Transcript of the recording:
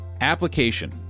application